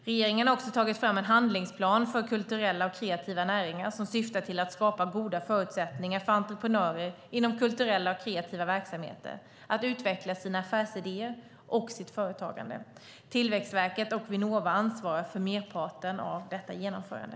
Regeringen har också tagit fram en handlingsplan för kulturella och kreativa näringar som syftar till att skapa goda förutsättningar för entreprenörer inom kulturella och kreativa verksamheter att utveckla sina affärsidéer och sitt företagande. Tillväxtverket och Vinnova ansvarar för merparten av detta genomförande.